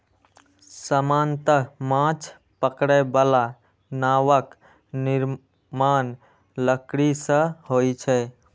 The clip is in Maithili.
सामान्यतः माछ पकड़ै बला नावक निर्माण लकड़ी सं होइ छै